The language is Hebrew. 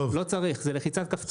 לא צריך, זה לחיצת כפתור.